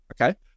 Okay